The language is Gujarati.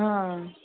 હ